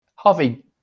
Harvey